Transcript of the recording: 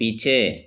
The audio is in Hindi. पीछे